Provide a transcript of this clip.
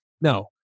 No